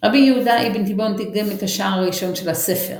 רבי יהודה אבן תיבון תרגם את השער הראשון של הספר.